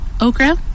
okra